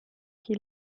qui